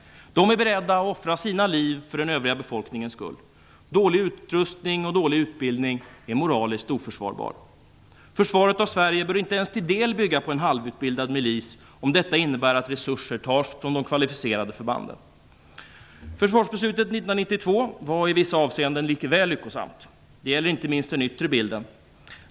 De är beredda att offra sina liv för den övriga befolkningens skull. Dålig utrustning och dålig utbildning är moraliskt oförsvarbart. Försvaret av Sverige bör inte ens till någon del bygga på en halvutbildad milis, om detta innebär att resurser tas från de kvalificerade förbanden. Försvarsbeslutet 1992 var i vissa avseenden litet väl lyckosamt. Det gäller inte minst den yttre bilden.